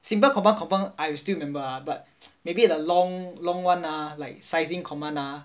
simple command confirm I still remember but maybe the long long one ah like sizing command ah